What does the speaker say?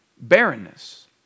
barrenness